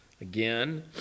Again